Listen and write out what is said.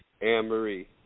Anne-Marie